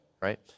right